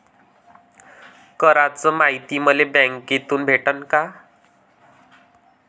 कराच मायती मले बँकेतून भेटन का?